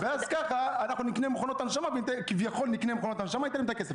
וככה כביכול נקנה מכונות הנשמה, ניתן להם את הכסף.